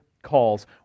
calls